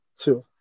two